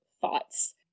thoughts